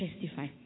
testify